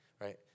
right